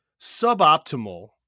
suboptimal